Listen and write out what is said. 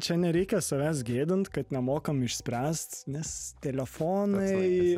čia nereikia savęs gėdint kad nemokam išspręst nes telefonai